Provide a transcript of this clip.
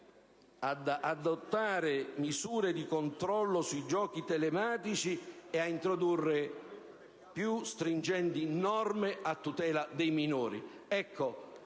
ad adottare misure di controllo sui giochi telematici; ad introdurre più stringenti norme a tutela dei minori.